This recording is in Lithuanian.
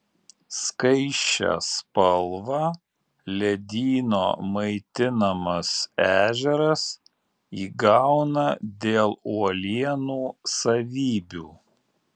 skaisčią spalvą ledyno maitinamas ežeras įgauna dėl uolienų savybių